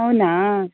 అవునా